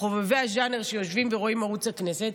לחובבי הז'אנר שיושבים ורואים ערוץ הכנסת,